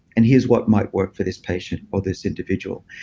and here's what might work for this patient or this individual.